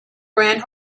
grand